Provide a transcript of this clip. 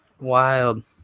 wild